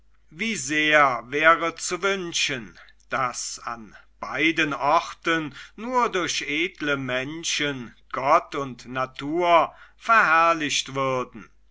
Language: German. wie sehr wäre zu wünschen daß an beiden orten nur durch edle menschen gott und natur verherrlicht würden